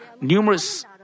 numerous